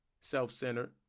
self-centered